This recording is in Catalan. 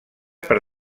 per